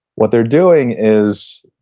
what they're doing is,